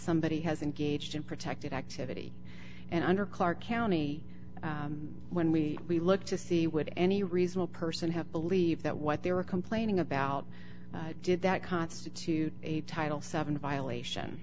somebody has engaged in protected activity and under clark county when we look to see would any reasonable person have believe that what they were complaining about did that constitute a title seven violation